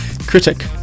critic